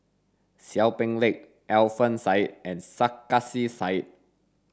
Seow Peck Leng Alfian Sa'at and Sarkasi Said